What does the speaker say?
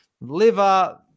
liver